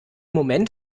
moment